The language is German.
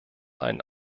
ein